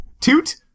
Toot